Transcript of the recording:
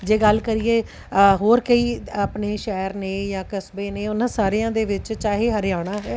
ਜੇ ਗੱਲ ਕਰੀਏ ਹੋਰ ਕਈ ਆਪਣੇ ਸ਼ਹਿਰ ਨੇ ਜਾਂ ਕਸਬੇ ਨੇ ਉਹਨਾਂ ਸਾਰਿਆਂ ਦੇ ਵਿੱਚ ਚਾਹੇ ਹਰਿਆਣਾ ਹੈ